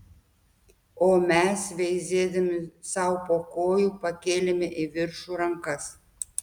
o mes veizėdami sau po kojų pakėlėme į viršų rankas